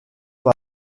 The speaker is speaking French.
par